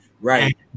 Right